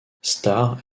starr